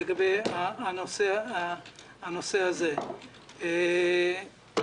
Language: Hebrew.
לגבי קרן מס רכוש הגעתי לזה דרך העיסוק